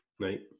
right